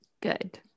good